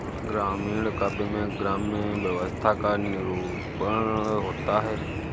ग्रामीण काव्य में ग्राम्य व्यवस्था का निरूपण होता है